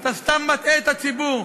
אתה סתם מטעה את הציבור.